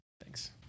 Thanks